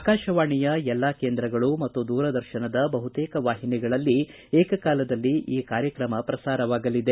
ಆಕಾಶವಾಣಿಯ ಎಲ್ಲಾ ಕೇಂದ್ರಗಳು ಮತ್ತು ದೂರದರ್ಶನದ ಬಹುತೇಕ ವಾಹಿನಿಗಳಲ್ಲಿ ಏಕಕಾಲದಲ್ಲಿ ಈ ಕಾರ್ಯಕ್ರಮ ಪ್ರಸಾರವಾಗಲಿದೆ